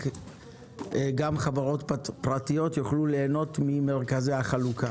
גם חברות פרטיות יוכלו ליהנות ממרכזי החלוקה